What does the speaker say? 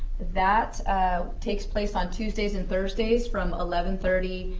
that takes place on tuesdays and thursdays from eleven thirty